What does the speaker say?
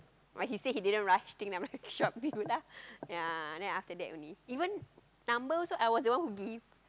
but he say he didn't rush thing lah like sure up to you lah ya then after that only even number also I was the one who give